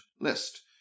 list